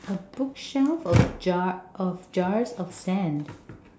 a bookshelf of jar of jars of sand